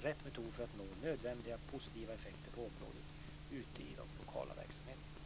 rätt metod för att nå nödvändiga positiva effekter på området ute i de lokala verksamheterna.